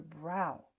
brow